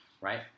right